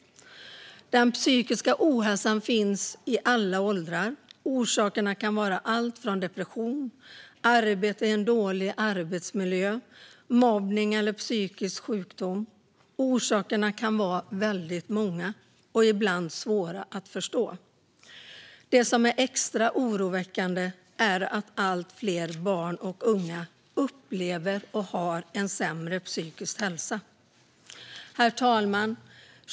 Den psykiska ohälsan finns i alla åldrar. Orsakerna kan vara depression, arbete i en dålig arbetsmiljö, mobbning eller psykisk sjukdom. Orsakerna kan vara väldigt många och ibland svåra att förstå. Det som är extra oroväckande är att allt fler barn och unga upplever och har en sämre psykisk hälsa. Herr talman!